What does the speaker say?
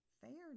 fairness